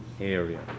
area